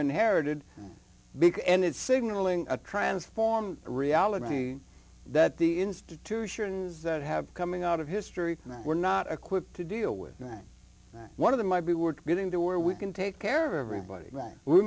inherited big and it's signaling a transformed reality that the institutions that have coming out of history that we're not equipped to deal with not one of them might be we're getting to where we can take care of everybody that we